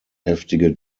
heftige